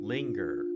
Linger